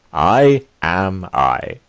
i am i.